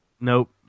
nope